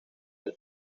del